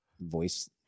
voice